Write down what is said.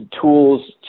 tools